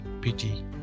pity